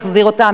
מי יחזיר אותם,